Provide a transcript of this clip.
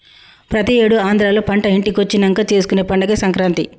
ప్రతి ఏడు ఆంధ్రాలో పంట ఇంటికొచ్చినంక చేసుకునే పండగే సంక్రాంతి